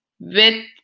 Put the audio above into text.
vet